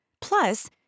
Plus